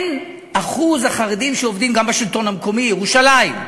אחוז החרדים שעובדים גם בשלטון המקומי, ירושלים,